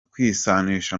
kwisanisha